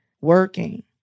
working